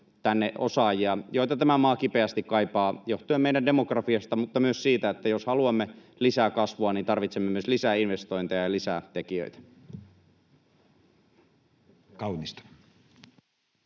tänne osaajia, joita tämä maa kipeästi kaipaa johtuen meidän demografiasta mutta myös siitä, että jos haluamme lisää kasvua, niin tarvitsemme myös lisää investointeja ja lisää tekijöitä. Edustaja